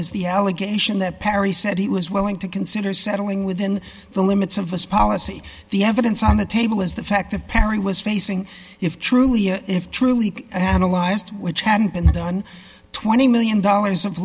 is the allegation that perry said he was willing considered settling within the limits of us policy the evidence on the table is the fact that perry was facing if truly a if truly analyzed which hadn't been done twenty million dollars of